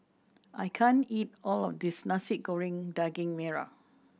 I can't eat all of this Nasi Goreng Daging Merah